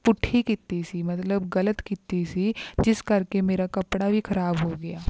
ਪੁੱਠੀ ਕੀਤੀ ਸੀ ਮਤਲਬ ਗਲਤ ਕੀਤੀ ਸੀ ਜਿਸ ਕਰਕੇ ਮੇਰਾ ਕੱਪੜਾ ਵੀ ਖਰਾਬ ਹੋ ਗਿਆ